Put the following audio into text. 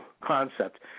concept